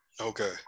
okay